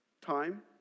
time